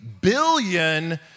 billion